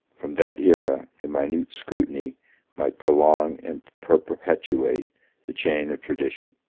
from that aera, a minute scrutiny might prolong and perpetuate the chain of tradition.